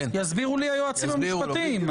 יסבירו לי היועצים המשפטיים.